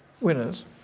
winners